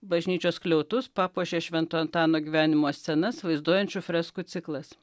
bažnyčios skliautus papuošė švento antano gyvenimo scenas vaizduojančių freskų ciklas